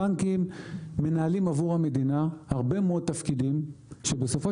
הבנקים מנהלים עבור המדינה הרבה מאוד תפקידים שבסופו